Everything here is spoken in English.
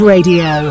Radio